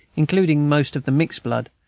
including most of the mixed blood,